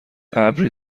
ابری